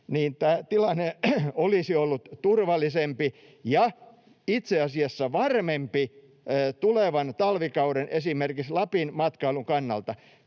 niin tämä tilanne olisi ollut turvallisempi ja itse asiassa varmempi tulevan talvikauden, esimerkiksi Lapin matkailun, kannalta